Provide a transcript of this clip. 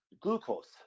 Glucose